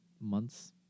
months